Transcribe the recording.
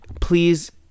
please